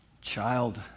child